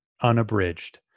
unabridged